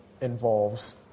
involves